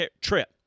trip